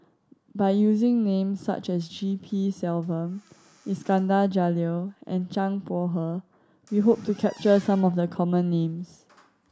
by using names such as G P Selvam Iskandar Jalil and Zhang Bohe we hope to capture some of the common names